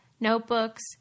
notebooks